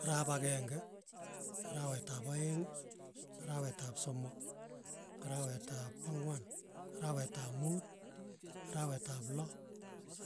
Ara'ap ageng'e, arawet ap aeng', arawet ap somok, arawet ap ang'wan, arawet ap muut, arawet ap loo,